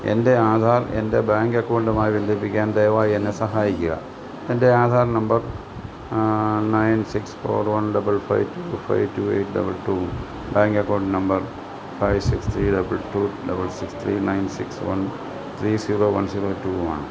എൻ്റെ ആധാർ എൻ്റെ ബാങ്ക് അക്കൗണ്ടുമായി ബന്ധിപ്പിക്കാൻ ദയവായി എന്നെ സഹായിക്കുക എൻ്റെ Aadhaar number nine six four one double five two five two eight double ടൂവും bank account number five six three double two double six three nine six one three zero one zero ടൂവുമാണ്